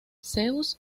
zeus